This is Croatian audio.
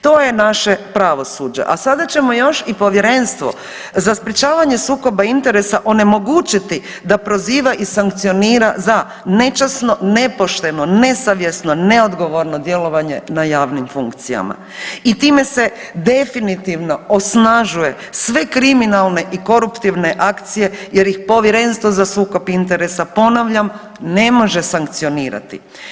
To je naše pravosuđe, a sada ćemo još i Povjerenstvo za sprječavanje sukoba interesa onemogućiti da proziva i sankcionira za nečasno, nepošteno, nesavjesno, neodgovorno djelovanje na javnim funkcijama i time se definitivno osnažuje sve kriminalne i koruptivne akcije jer ih Povjerenstvo za sukob interesa ponavljam ne može sankcionirati.